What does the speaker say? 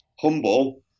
humble